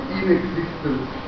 inexistence